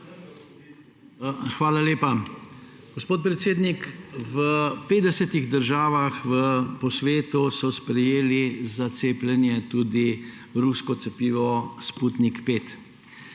Hvala lepa. Gospod predsednik, v 50 državah po svetu so sprejeli za cepljenje tudi rusko cepivo Sputnik 5.